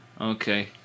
Okay